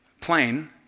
plane